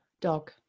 Dog